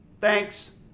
Thanks